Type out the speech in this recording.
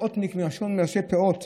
פאותניק מלשון פאות,